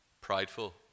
prideful